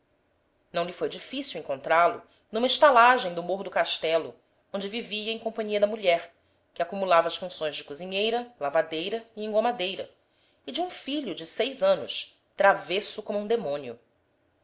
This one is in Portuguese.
não lhe foi difícil encontrá-lo numa estalagem do morro do castelo onde vivia em companhia da mulher que acumulava as funções de cozinheira lavadeira e engomadeira e de um filho de seis anos travesso como um demônio